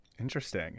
Interesting